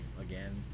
again